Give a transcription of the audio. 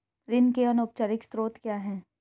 ऋण के अनौपचारिक स्रोत क्या हैं?